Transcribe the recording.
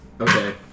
Okay